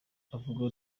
uvuga